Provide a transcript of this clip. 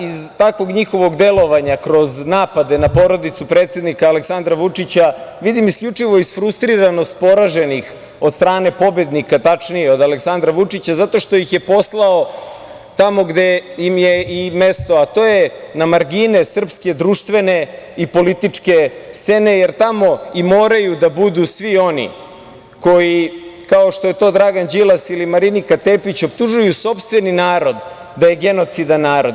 Iz takvog njihovog delovanja, kroz napade na porodicu predsednika Aleksandra Vučić, ja vidim isključivo isfrustriranost poraženih od strane pobednika, tačnije od Aleksandra Vučića, zato što ih je poslao tamo gde im je i mesto, a to je na margine srpske društvene i političke scene, jer tamo i moraju da budu svi oni koji, kao što je to Dragan Đilas ili Marinika Tepić, optužuju sopstveni narod da je genocidan narod.